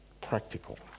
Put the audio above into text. practical